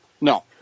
No